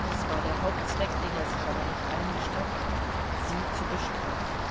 dies war der hauptzweck den er sich aber nicht eingestand sie zu bestrafen